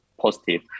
positive